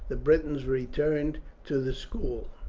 the britons returned to the school.